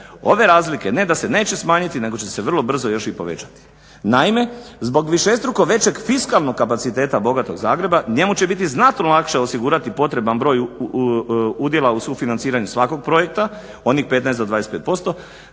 ove razlike ne da se neće smanjiti, nego će se vrlo brzo još i povećati. Naime, zbog višestruko većeg fiskalnog kapaciteta bogatog Zagreba njemu će biti znatno lakše osigurati potreban broj udjela u sufinanciranju svakog projekta onih 15 do 25% nego